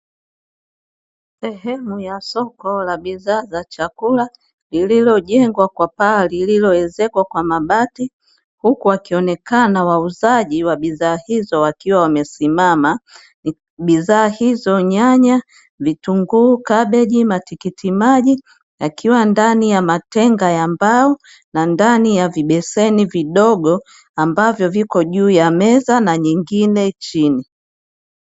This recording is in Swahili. Sehemu ya soko la vyakula lililojengwa kwa paa lililoezekwa kwa mabati huku wakionekana wauzaji wa bidhaa hizo wakiwa wamesimama, bidhaa hizo nyanya, vitunguu, kabeji, matikiti maji yakiwa ndani ya matenga ya mbao na ndani ya vibeseni vidogo ambavyo viko juu ya meza na nyingine chini.